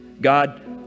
God